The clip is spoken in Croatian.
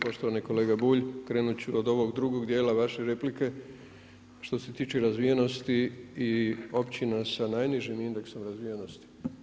Poštovani kolega Bulj, krenut ću od ovog drugog djela vaše replike što se tiče razvijenosti i općina sa najnižim indeksom razvijenosti.